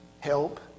help